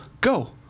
go